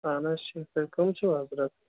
اَہَن حظ ٹھیٖک تُہۍ کٕم چھِو حضرت